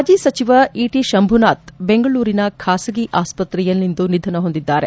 ಮಾಜಿ ಸಚಿವ ಈಟಿ ಶಂಭುನಾಥ್ ಬೆಂಗಳೂರಿನ ಖಾಸಗಿ ಆಸ್ಪತ್ರೆಯಲ್ಲಿಂದು ನಿಧನ ಹೊಂದಿದ್ದಾರೆ